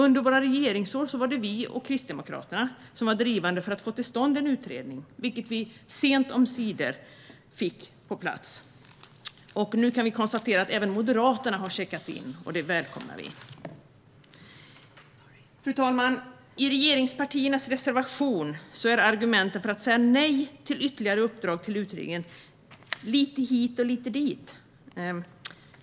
Under våra regeringsår var vi och Kristdemokraterna drivande för att få till stånd en utredning, vilken sent omsider kom på plats. Nu har även Moderaterna checkat in, och det välkomnar vi. Fru talman! I regeringspartiernas reservation är argumenten för att säga nej till ytterligare uppdrag till utredningen lite hit och lite dit.